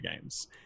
Games